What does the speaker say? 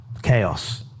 Chaos